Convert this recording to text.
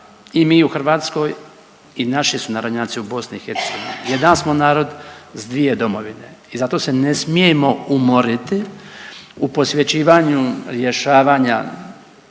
i mi u Hrvatskoj i naši sunarodnjaci u Bosni i Hercegovini. Jedan smo narod s dvije Domovine i zato se ne smijemo umoriti u posvećivanju rješavanja